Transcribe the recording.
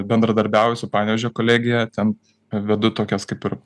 bendradarbiauju su panevėžio kolegija ten vedu tokias kaip ir